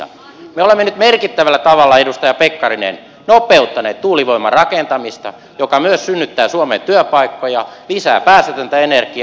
me olemme nyt merkittävällä tavalla edustaja pekkarinen nopeuttaneet tuulivoiman rakentamista joka myös synnyttää suomeen työpaikkoja lisää päästötöntä energiaa